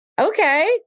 okay